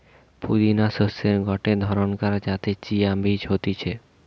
পুদিনা শস্যের গটে ধরণকার যাতে চিয়া বীজ হতিছে